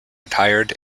retired